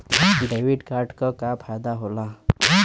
Debit card क का फायदा हो ला?